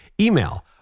email